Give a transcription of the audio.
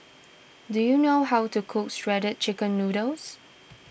do you know how to cook Shredded Chicken Noodles